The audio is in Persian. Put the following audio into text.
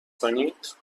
کنید